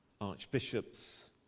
archbishops